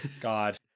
God